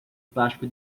plástico